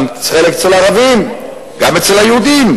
גם אצל חלק הערבים, גם אצל היהודים,